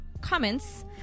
comments